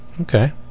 Okay